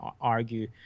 argue